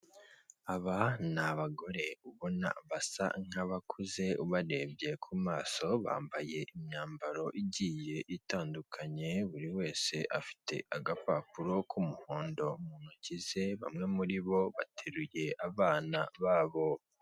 Mu muhanda, indabyo, amapoto, ibiti, imikindo, imodoka insinga.